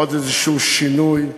עוד איזה שינוי שהוא.